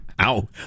Ow